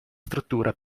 struttura